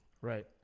Right